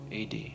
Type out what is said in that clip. AD